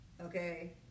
okay